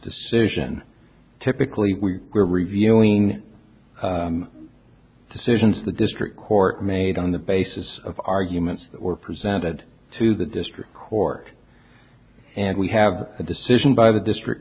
decision typically we were reviewing decisions the district court made on the basis of arguments that were presented to the district court and we have a decision by the district